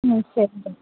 ம் சரிங்க